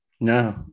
No